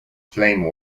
flame